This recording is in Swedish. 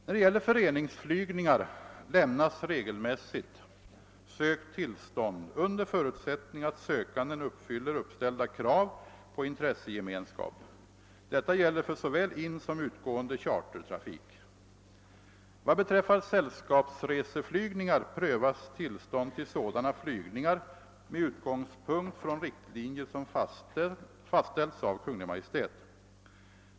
När det gäller föreningsflygningar lämnas regelmässigt sökt tillstånd under förutsättning att sökanden uppfyller uppställda krav på intressegemenskap. Detta gäller för såväl insom utgående chartertrafik. ar prövas tillstånd till sådana flygningar med utgångspunkt från riktlinjer som fastställts av Kungl. Maj:t.